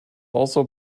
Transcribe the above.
also